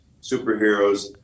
superheroes